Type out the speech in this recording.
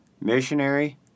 Missionary